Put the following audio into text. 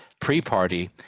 pre-party